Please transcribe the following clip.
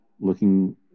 looking